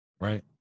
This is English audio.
right